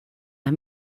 las